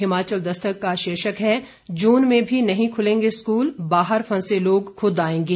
हिमाचल दस्तक का शीर्षक है जून में भी नहीं खुलेंगे स्कूल बाहर फंसे लोग खुद आएंगे